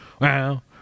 Wow